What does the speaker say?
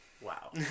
Wow